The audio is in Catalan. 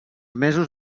mesos